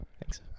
Thanks